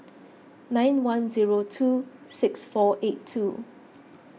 nine one zero two six four eight two